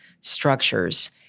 structures